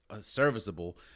serviceable